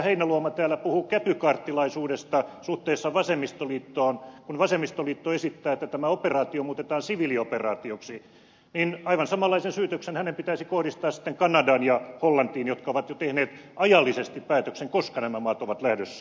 heinäluoma täällä puhui käpykaartilaisuudesta suhteessa vasemmistoliittoon kun vasemmistoliitto esittää että tämä operaatio muutetaan siviilioperaatioksi niin aivan samanlainen syytös hänen pitäisi kohdistaa sitten kanadaan ja hollantiin jotka ovat jo tehneet ajallisesti päätöksen koska nämä maat ovat lähdössä